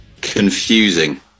Confusing